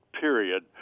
period